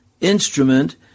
instrument